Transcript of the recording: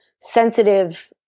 sensitive